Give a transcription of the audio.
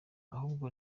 ahubwo